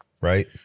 right